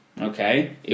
Okay